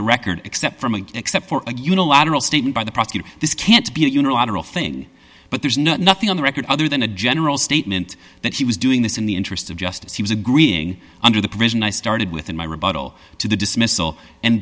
the record except for me except for a unilateral statement by the prosecutor this can't be a unilateral thing but there's nothing on the record other than a general statement that he was doing this in the interest of justice he was agreeing under the provision i started with in my rebuttal to the dismissal and